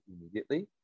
immediately